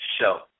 show